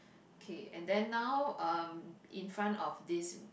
okay and then now um in front of this